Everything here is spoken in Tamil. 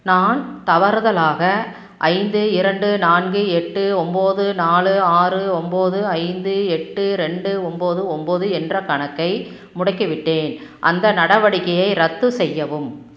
நான் தவறுதலாக ஐந்து இரண்டு நான்கு எட்டு ஒன்போது நாலு ஆறு ஒன்போது ஐந்து எட்டு ரெண்டு ஒன்போது ஒன்போது என்ற கணக்கை முடக்கிவிட்டேன் அந்த நடவடிக்கையை ரத்து செய்யவும்